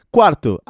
Quarto